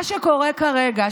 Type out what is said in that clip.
מה שקורה כרגע,